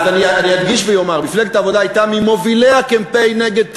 אז אני אדגיש ואומר: מפלגת העבודה הייתה ממובילי הקמפיין נגד "טבע"